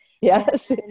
yes